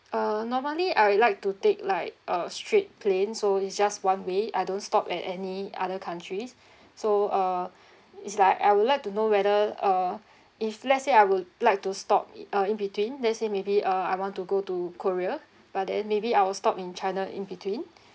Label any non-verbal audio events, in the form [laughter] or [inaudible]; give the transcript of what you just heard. uh normally I would like to take like a straight plane so it's just one way I don't stop at any other countries [breath] so uh it's like I would like to know whether uh if let's say I would like to stop it uh in between let's say maybe uh I want to go to korea but then maybe I'll stop in china in between